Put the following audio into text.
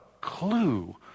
clue